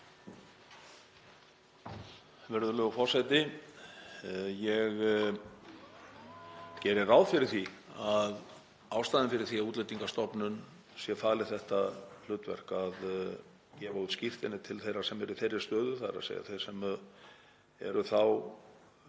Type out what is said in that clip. Virðulegur forseti. Ég gerir ráð fyrir því að ástæðan fyrir því að Útlendingastofnun sé falið þetta hlutverk að gefa út skírteini til þeirra sem eru í þeirri stöðu að vera með sín mál